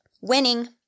winning